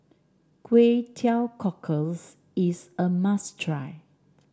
Kway Teow Cockles is a must try